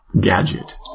gadget